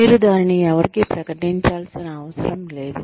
మీరు దానిని ఎవరికీ ప్రకటించాల్సిన అవసరం లేదు